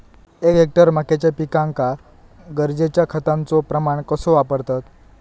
एक हेक्टर मक्याच्या पिकांका गरजेच्या खतांचो प्रमाण कसो वापरतत?